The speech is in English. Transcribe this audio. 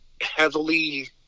heavily